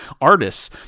artists